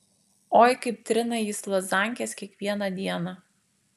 oi kaip trina jis lazankes kiekvieną dieną